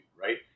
right